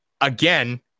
again